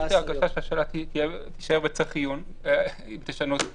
יש לי הרגשה שהשאלה תישאר בצריך עיון אם תשנו את התוקף.